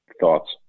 thoughts